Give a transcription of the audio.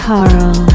Carl